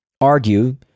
argue